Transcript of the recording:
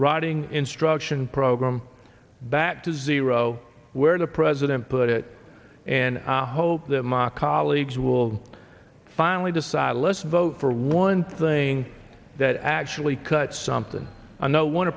iting instruction program back to zero where the president put it and i hope that my colleagues will finally decide let's vote for one thing that actually cut something